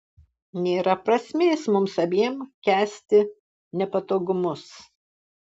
nėra prasmės mums abiem kęsti nepatogumus